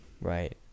Right